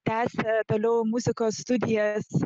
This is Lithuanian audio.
tęsia toliau muzikos studijas